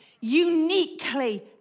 Uniquely